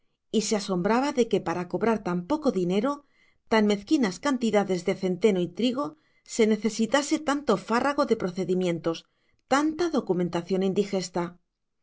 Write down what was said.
y se asombraba de que para cobrar tan poco dinero tan mezquinas cantidades de centeno y trigo se necesitase tanto fárrago de procedimientos tanta documentación indigesta